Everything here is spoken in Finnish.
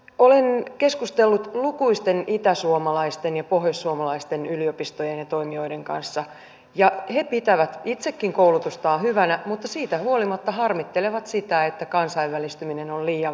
olen keskustellut lukuisten itäsuomalaisten ja pohjoissuomalaisten yliopistojen ja toimijoiden kanssa ja he pitävät itsekin koulutustaan hyvänä mutta siitä huolimatta harmittelevat sitä että kansainvälistyminen on liian vähäistä